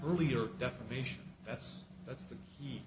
earlier defamation that's that's the key